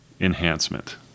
enhancement